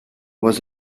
was